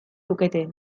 lukete